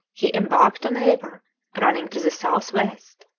he embarked on a river running to the south-west.